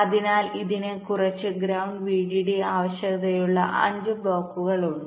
അതിനാൽ ഇതിന് കുറച്ച് ഗ്രൌണ്ട് വിഡിഡി ആവശ്യകതകളുള്ള അഞ്ച് ബ്ലോക്കുകൾ ഉണ്ട്